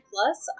Plus